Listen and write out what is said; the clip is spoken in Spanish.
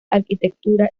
arquitectura